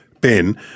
Ben